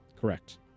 Correct